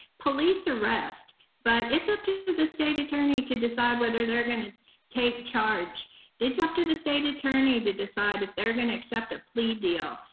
police arrest, but it's up to to the state attorney to decide whether they're gonna take charge it's up to the state attorney to decide if they're gonna accept a plea deal.